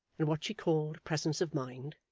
and what she called presence of mind,